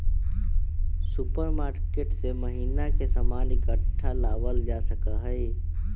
supermarket से महीना के सामान इकट्ठा लावल जा सका हई